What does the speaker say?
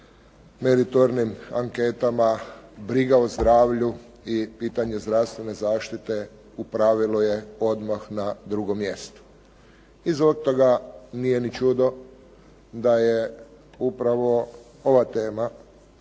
meritornim anketama briga o zdravlju i pitanje zdravstvene zaštite u pravilu je odmah na drugom mjestu. I zbog toga nije ni čudno da je upravo ova tema